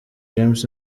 james